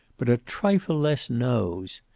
but a trifle less nose.